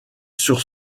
sur